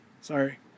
Sorry